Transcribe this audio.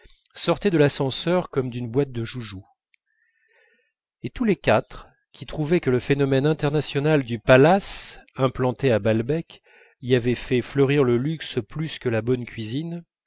sortait de l'ascenseur comme d'une boîte de joujoux et tous les quatre qui trouvaient que le phénomène international du palace implanté à balbec y avait fait fleurir le luxe plus que la bonne cuisine